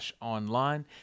online